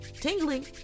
tingling